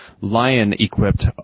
Lion-equipped